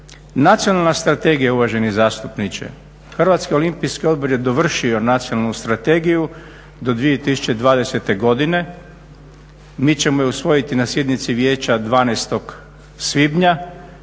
Nacionalna strategija uvaženi zastupniče, HOO je dovršio Nacionalnu strategiju do 2020. godine. Mi ćemo je usvojiti na sjednici vijeća 12. svibnja